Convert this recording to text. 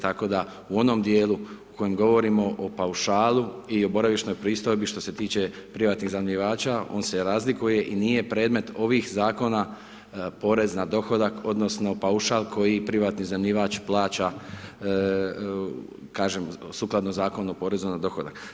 Tako da u onom dijelu o kojem govorimo o paušalu i o boravišnoj pristojbi, što se tiče privatnih iznajmljivača, on se razlikuje i nije predmet ovih zakona porez na dohodak, odnosno, paušal koji privatni iznajmljivač plaća sukladno Zakonu o porezu na dohodak.